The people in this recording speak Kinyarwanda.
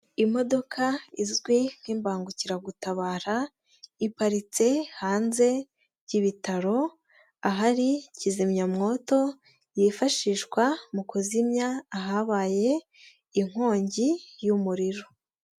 Imodoka izwi nk'imbangukiragutabara, iparitse hanze y'ibitaro ahari kizimyamwoto yifashishwa mu kuzimya ahabaye inkongi y'umuriro.